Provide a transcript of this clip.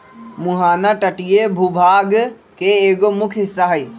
मुहाना तटीय भूभाग के एगो मुख्य हिस्सा हई